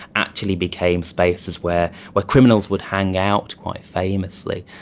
actually became spaces where where criminals would hang out, quite famously.